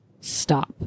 stop